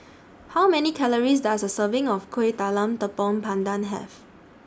How Many Calories Does A Serving of Kueh Talam Tepong Pandan Have